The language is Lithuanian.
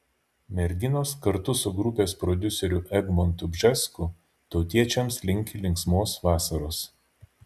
merginos kartu su grupės prodiuseriu egmontu bžesku tautiečiams linki linksmos vasaros